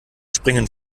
springen